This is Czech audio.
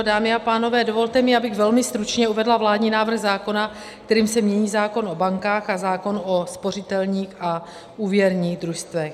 Dámy a pánové, dovolte mi, abych velmi stručně uvedla vládní návrh zákona, kterým se mění zákon o bankách a zákon o spořitelních a úvěrních družstvech.